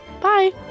Bye